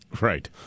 Right